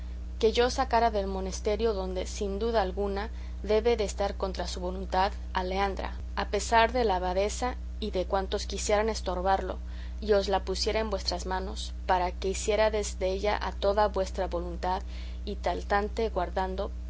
que yo sacara del monesterio donde sin duda alguna debe de estar contra su voluntad a leandra a pesar de la abadesa y de cuantos quisieran estorbarlo y os la pusiera en vuestras manos para que hiciérades della a toda vuestra voluntad y talante guardando